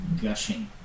gushing